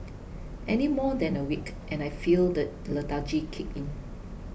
any more than a week and I feel the lethargy kick in